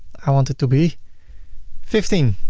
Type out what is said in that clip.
i want it to be fifteen